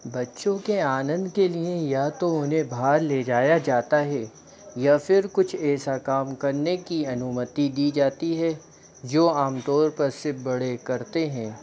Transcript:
बच्चों के आनंद के लिए या तो उन्हें बाहर ले जाया जाता है या फिर कुछ ऐसा काम करने की अनुमति दी जाती है जो आमतौर पर सिर्फ़ बड़े करते हैं